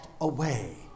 away